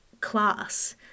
class